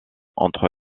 entre